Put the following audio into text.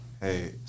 Hey